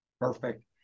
Perfect